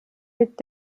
mit